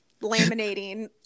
laminating